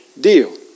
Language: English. deal